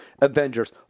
Avengers